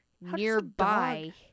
nearby